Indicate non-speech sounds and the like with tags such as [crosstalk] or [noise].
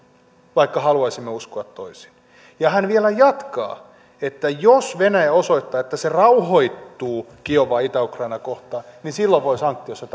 vaikka haluaisimme uskoa toisin ja hän vielä jatkaa että jos venäjä osoittaa että se rauhoittuu kiovaa itä ukrainaa kohtaan niin silloin voi sanktioissa [unintelligible]